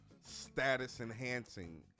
status-enhancing